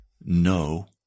no